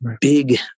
big